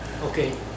Okay